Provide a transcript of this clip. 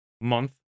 month